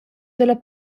dalla